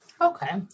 Okay